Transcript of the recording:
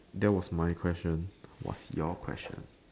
that was my question what's your question